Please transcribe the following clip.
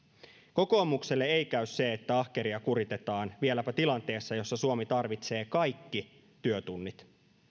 kokoomukselle ei käy se että ahkeria kuritetaan vieläpä tilanteessa jossa suomi tarvitsee kaikki työtunnit